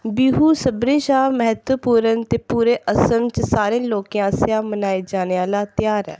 बिहू सभनें शा म्हत्तवपूर्ण ते पूरे असम च सारे लोकें आसेआ मनाया जाने आह्ला तेहार ऐ